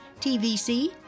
TVC